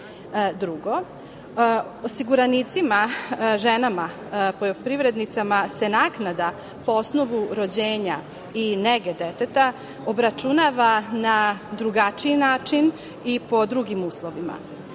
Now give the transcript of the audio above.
osiguranicima, ženama poljoprivrednicama se naknada po osnovu rođenja i nege deteta obračunava na drugačiji način i po drugim uslovima.